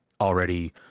already